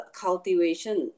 cultivation